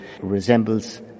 resembles